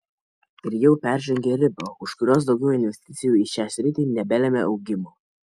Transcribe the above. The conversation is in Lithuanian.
ir jau peržengė ribą už kurios daugiau investicijų į šią sritį nebelemia augimo